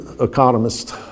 economist